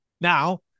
Now